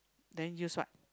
then use what